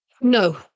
No